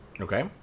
Okay